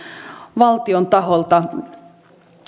valtion taholta